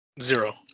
Zero